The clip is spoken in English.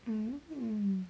mm